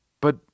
But